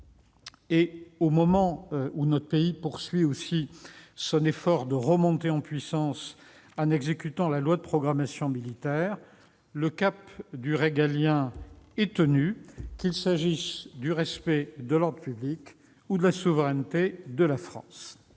Au moment où notre pays poursuit aussi son effort de remontée en puissance un exécutant la loi de programmation militaire, le cap du régalien est tenu, qu'il s'agisse du respect de l'ordre public ou de la souveraineté de la France.